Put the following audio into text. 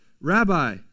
Rabbi